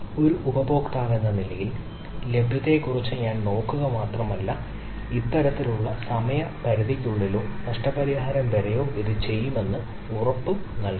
ഒരു ഉപഭോക്താവെന്ന നിലയിൽ ലഭ്യതയെക്കുറിച്ച് ഞാൻ നോക്കുക മാത്രമല്ല ഇത്തരത്തിലുള്ള സമയപരിധിക്കുള്ളിലോ നഷ്ടപരിഹാരം വരെയോ ഇത് ചെയ്യുമെന്ന് ഉറപ്പ് നൽകുന്നു